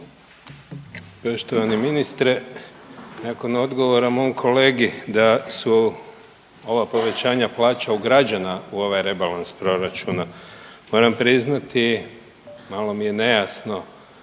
Poštovani ministre, nakon odgovora mom kolegi da su ova povećanja plaća ugrađena u ovaj rebalans proračuna moram priznati malo mi je nejasno